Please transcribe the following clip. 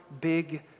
big